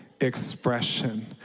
expression